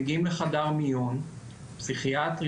מגיעים לחדר מיון פסיכיאטרי,